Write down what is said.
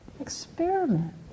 Experiment